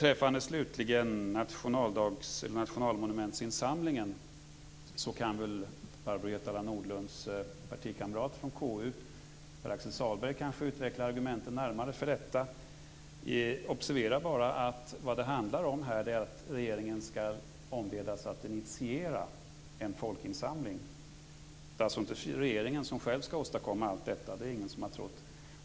När det slutligen gäller nationalmonumentsinsamlingen kan kanske Barbro Hietala Nordlunds partikamrat i KU, Pär-Axel Sahlberg, närmare utveckla argumenten. Observera att det här handlar om att regeringen skall ombedas att initiera en folkinsamling! Det är alltså inte regeringen som själv skall åstadkomma allt detta; ingen har väl heller trott det.